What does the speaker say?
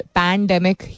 pandemic